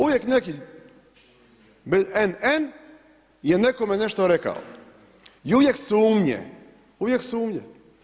Uvijek neki N.N. je nekome nešto rekao i uvijek sumnje, uvijek sumnje.